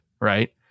right